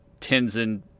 Tenzin